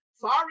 sorry